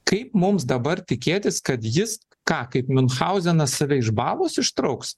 kaip mums dabar tikėtis kad jis ką kaip miunchauzenas save iš balos ištrauks